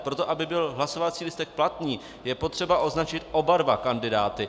Pro to, aby byl hlasovací lístek platný, je potřeba označit oba dva kandidáty.